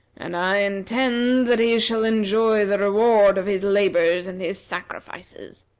and i intend that he shall enjoy the reward of his labor and his sacrifices.